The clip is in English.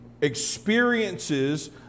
experiences